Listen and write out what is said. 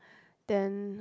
then